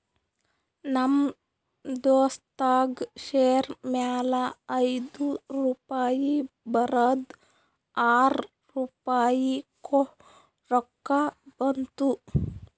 ನಮ್ ದೋಸ್ತಗ್ ಶೇರ್ ಮ್ಯಾಲ ಐಯ್ದು ರುಪಾಯಿ ಬರದ್ ಆರ್ ರುಪಾಯಿ ರೊಕ್ಕಾ ಬಂತು